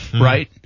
Right